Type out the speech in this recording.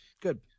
good